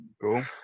Cool